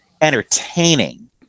entertaining